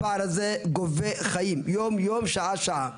הפער הזה גובה חיים יום-יום, שעה-שעה.